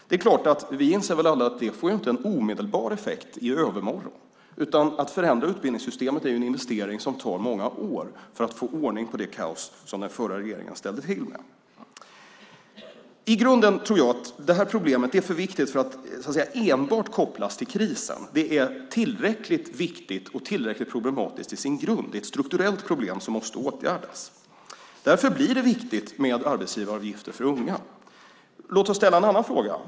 Det är klart att vi alla inser att det inte får en omedelbar effekt i övermorgon. Att förändra utbildningssystemet är ju en investering som tar många år när det gäller att få ordning på det kaos som den förra regeringen ställde till med. I grunden tror jag att det här problemet är för viktigt för att enbart kopplas till krisen. Det är tillräckligt viktigt och tillräckligt problematiskt i sin grund. Det är ett strukturellt problem som måste åtgärdas. Därför blir det viktigt med särskilda arbetsgivaravgifter för unga. Låt oss ställa en annan fråga.